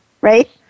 right